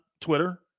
Twitter